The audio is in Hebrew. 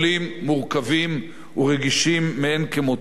מורכבים ורגישים מאין כמותם.